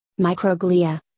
Microglia